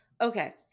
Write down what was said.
Okay